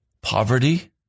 poverty